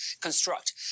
construct